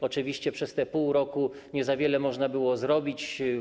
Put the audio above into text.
Oczywiście przez pół roku niewiele można było zrobić.